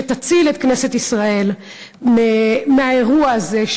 שתציל את כנסת ישראל מהאירוע הזה,